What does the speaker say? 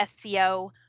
SEO